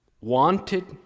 wanted